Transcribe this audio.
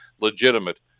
legitimate